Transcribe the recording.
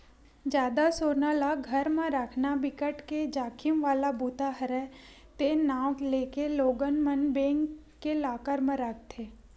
जादा सोना ल घर म राखना बिकट के जाखिम वाला बूता हरय ते नांव लेके लोगन मन बेंक के लॉकर म राखथे